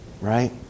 right